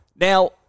Now